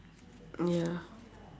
ya